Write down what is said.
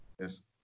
yes